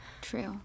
True